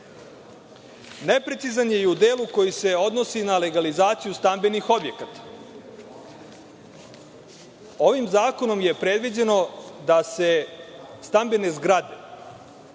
neprecizan i u delu koji se odnosi na legalizaciju stambenih objekata. Ovim zakonom je predviđeno da se stambene zgrade